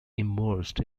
immersed